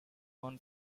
own